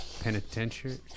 penitentiary